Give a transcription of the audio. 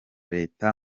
leta